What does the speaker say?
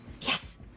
Yes